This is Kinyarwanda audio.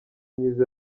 myiza